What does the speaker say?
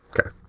Okay